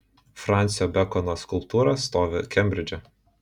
fransio bekono skulptūra stovi kembridže